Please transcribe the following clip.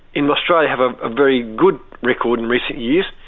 in australia, have a ah very good record in recent years,